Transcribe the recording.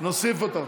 נוסיף אותך.